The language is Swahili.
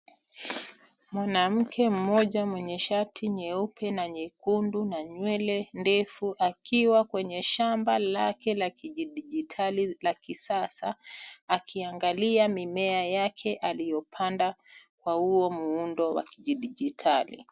Mwanamke mmoja mwenye shati nyeupe na nyekundu na nywele ndefu akiwa kwenye shamba lake la kidijitali la kisasa akiangalia mimea yake aliyopanda kwa huo muundo wa kidijitali.